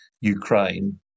Ukraine